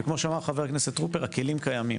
וכמו שאמר חבר הכנסת טרופר, "הכלים קיימים".